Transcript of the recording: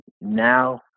now